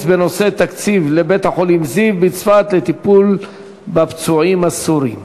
בנושא: תקציב לבית-החולים זיו בצפת לטיפול בפצועים הסורים.